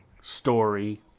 story